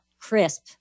crisp